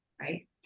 right